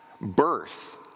Birth